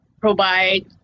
provide